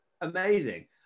Amazing